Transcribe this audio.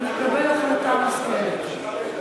נקבל החלטה מושכלת.